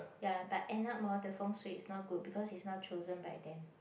ya but end up more the feng shui is not good because it's not chosen by them